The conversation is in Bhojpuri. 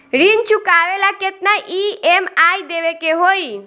ऋण चुकावेला केतना ई.एम.आई देवेके होई?